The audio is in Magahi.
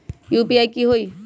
यू.पी.आई की होई?